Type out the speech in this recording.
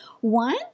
One